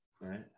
right